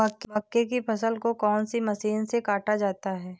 मक्के की फसल को कौन सी मशीन से काटा जाता है?